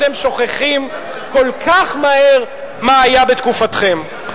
אתם שוכחים כל כך מהר מה היה בתקופתכם.